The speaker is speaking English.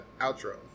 outro